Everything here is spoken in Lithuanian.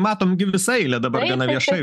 matom gi visą eilę dabar gana viešai